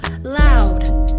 loud